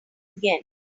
again